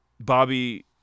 Bobby